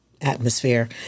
atmosphere